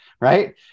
right